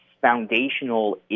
foundational